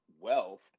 wealth